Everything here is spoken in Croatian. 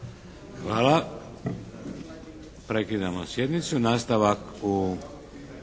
Hvala. Prekidamo sjednicu. Nastavak u